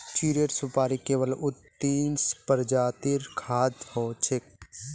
चीड़ेर सुपाड़ी केवल उन्नतीस प्रजातिर खाद्य हछेक